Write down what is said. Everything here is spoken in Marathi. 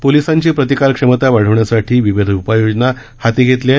पोलिसांची प्रतिकार क्षमता वाढविण्यासाठी विविध उपाययोजना हाती घेण्यात आल्या आहेत